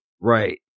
Right